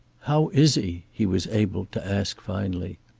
how is he? he was able to ask finally.